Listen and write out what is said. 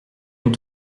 nous